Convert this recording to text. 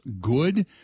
good